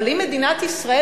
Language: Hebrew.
אבל אם מדינת ישראל,